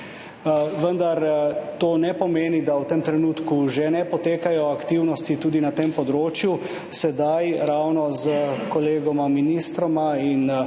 Vendar to ne pomeni, da v tem trenutku ne potekajo aktivnosti tudi na tem področju. Sedaj ravno s kolegoma ministroma in